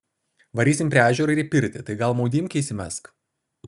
varysim prie ežero ir į pirtį tai gal maudymkę įsimesk